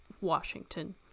Washington